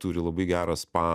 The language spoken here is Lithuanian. turi labai gerą spa